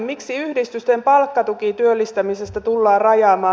miksi yhdistysten palkkatukityöllistämistä tullaan rajaamaan